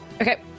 Okay